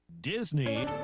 Disney